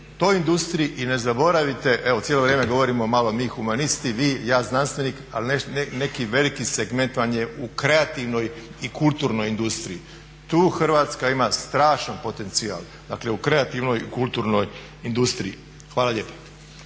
toj industriji i ne zaboravite, evo cijelo vrijeme govorimo malo mi humanisti i vi, ja znanstvenik ali neki veliki segment vam je u kreativnoj i kulturnoj industriji. Tu Hrvatska ima strašan potencijal. Dakle, u kreativnoj i kulturnoj industriji. Hvala lijepa.